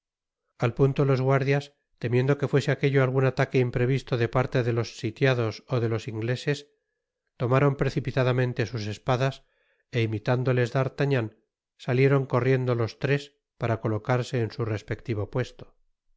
al punto los guardias temiendo que fuese aquello algun ataque imprevisto de parte de los sitiados ó de los ingleses tomaron precipitadamente sus espadas é imitándoles d'artagnan salieron corriendo los tres para colocarse en su respectivo puesto